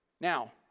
Now